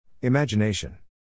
Imagination